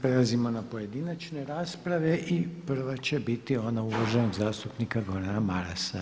Prelazimo na pojedinačne rasprave i prva će biti ona uvaženog zastupnika Gordana Marasa.